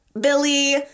Billy